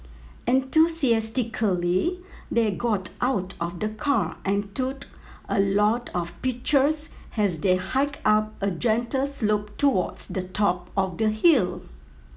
enthusiastically they got out of the car and took a lot of pictures as they hiked up a gentle slope towards the top of the hill